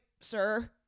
sir